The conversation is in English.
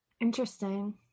Interesting